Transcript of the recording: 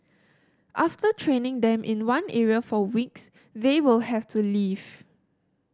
after training them in one area for weeks they will have to leave